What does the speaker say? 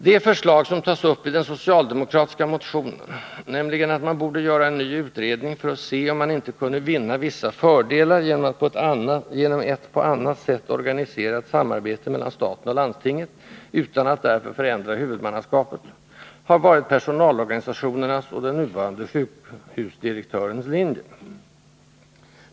Det förslag som tas upp i den socialdemokratiska motionen, nämligen att man borde göra en ny utredning för att se om man icke kunde vinna vissa fördelar genom ett på annat sätt organiserat samarbete mellan staten och landstinget utan att därför förändra huvudmannaskapet, har varit personalorganisationernas och den nuvarande sjukhusdirektörens linje.